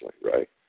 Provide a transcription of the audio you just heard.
right